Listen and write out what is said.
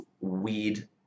weed